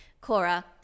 cora